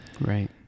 Right